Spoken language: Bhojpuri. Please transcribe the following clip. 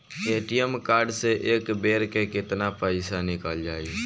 ए.टी.एम कार्ड से एक बेर मे केतना पईसा निकल जाई?